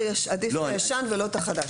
עדיף את הישן ולא את החדש.